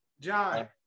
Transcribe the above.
John